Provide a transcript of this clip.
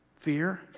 fear